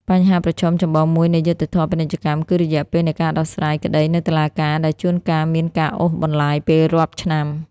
បញ្ហាប្រឈមចម្បងមួយនៃយុត្តិធម៌ពាណិជ្ជកម្ម គឺរយៈពេលនៃការដោះស្រាយក្ដីនៅតុលាការ ដែលជួនកាលមានការអូសបន្លាយពេលរាប់ឆ្នាំ។